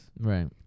right